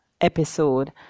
episode